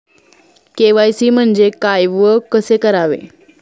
KYC म्हणजे काय व कसे करावे?